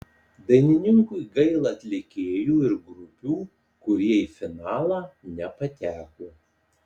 dainininkui gaila atlikėjų ir grupių kurie į finalą nepateko